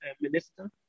Minister